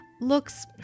looks